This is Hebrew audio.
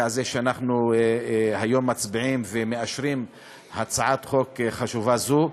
הזה שאנחנו היום מצביעים ומאשרים הצעת חוק חשובה זו.